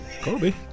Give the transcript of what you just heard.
Kobe